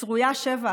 לצרויה שבח,